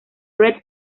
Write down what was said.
fred